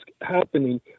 happening